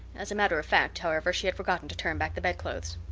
as a matter of fact, however, she had forgotten to turn back the bedclothes.